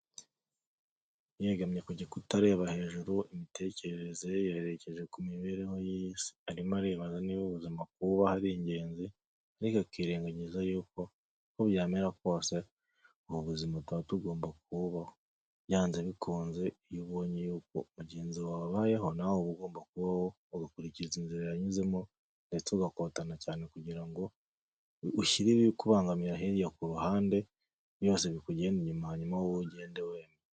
Yegamye ku gikuta areba hejuru, imitekerereze ye yayerekeje ku mibereho ye yose. Arimo aribaza niba ubuzima kububaho ari ingenzi, ariko akirengagiza yuko uko byamera kose ubu buzima tuba tugomba kububaho. Byanze bikunze iyo ubonye yuko mugenzi wawe abayeho, nawe uba ugomba kubaho ugakurikiza inzira yanyuzemo, ndetse ugakotana cyane kugira ngo ushyire ibi kubangamira hirya ku ruhande, byose bikugende inyuma, hanyuma wowe ugende wemye.